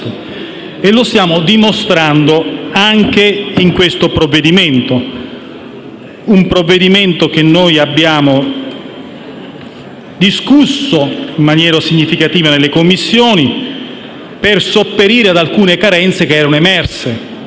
E lo stiamo dimostrando anche nei confronti del provvedimento in esame, un provvedimento che abbiamo discusso in maniera significativa nelle Commissioni per sopperire ad alcune carenze che erano emerse